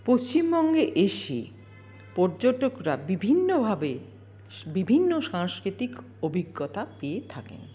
পশ্চিমবঙ্গে এসে পর্যটকরা বিভিন্নভাবে বিভিন্ন সাংস্কৃতিক অভিজ্ঞতা পেয়ে থাকেন